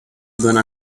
gonna